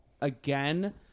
again